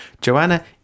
Joanna